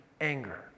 anger